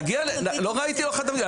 לא ראיתי ולא חתמתי.